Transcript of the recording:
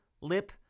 lip